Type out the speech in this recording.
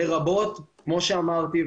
לרבות כמו שאמרתי,